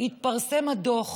התפרסם דוח